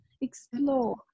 explore